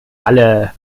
alle